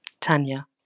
Tanya